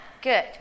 Good